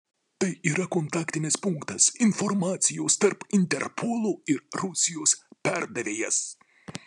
tai yra kontaktinis punktas informacijos tarp interpolo ir rusijos perdavėjas